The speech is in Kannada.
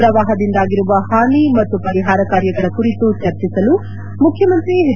ಪ್ರವಾಹದಿಂದಾಗಿರುವ ಹಾನಿ ಮತ್ತು ಪರಿಹಾರ ಕಾರ್ಯಗಳ ಕುರಿತು ಚರ್ಚಿಸಲು ಮುಖ್ಯಮಂತ್ರಿ ಎಚ್